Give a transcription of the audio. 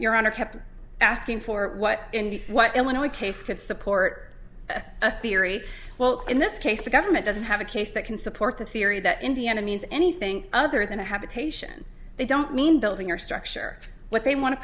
your honor kept asking for what and what illinois case could support a theory well in this case the government doesn't have a case that can support the theory that indiana means anything other than a habitation they don't mean building or structure what they want to